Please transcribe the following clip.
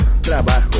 trabajo